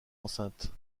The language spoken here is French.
enceinte